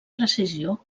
precisió